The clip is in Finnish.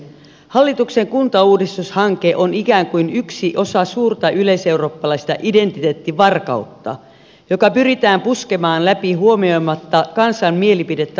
hallituksen kuntauudistushanke on ikään kuin yksi osa suurta yleiseurooppalaista identiteettivarkautta joka pyritään puskemaan läpi huomioimatta kansan mielipidettä asiasta